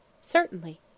Certainly